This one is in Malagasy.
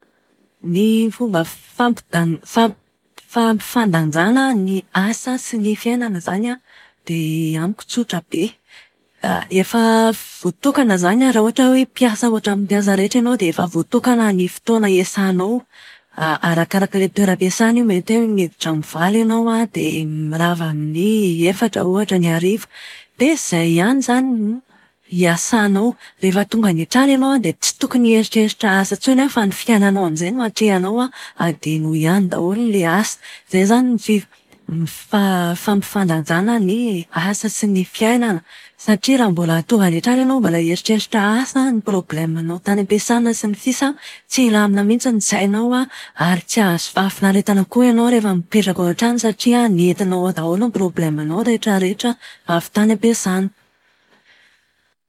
Ny fomba fampidan- fampi- fampifandajàna ny asa sy ny fiainana izany an, dia amiko tsotra be. Efa voatokana izany an, raha ohatra hoe mpiasa ohatran'ny mpiasa rehetra ianao dia efa voatokana ny fotoana iasànao. Arakarak'ilay oteram-piasàna io mety hoe miditra amin'ny valo ianao an, dia mirava amin'ny efatra ohatra ny hariva. Dia izay ihany izany ny iasànao. Rehefa tonga any an-trano ianao an dia tsy tokony hieritreritra asa intsony an, fa ny fiainanao amin'izay no atrehanao. Adinoy any daholo ilay asa. Izay izany ny fif- ny fa- fampifandanjàna ny asa sy ny fiainana satria raha mbola tonga any an-trano ianao mbola hieritreritra asa, ny problemanao tany am-piasàna sy ny sisa, tsy hilamina mihitsy ny sainao ary tsy hahazo fahafinaretana koa ianao rehefa mipetraka ao an-trano satria nentinao ao daholo ny problemanao rehetrarehetra avy tam-piasàna.